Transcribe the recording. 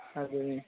ꯑꯗꯨꯅꯤ